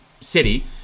city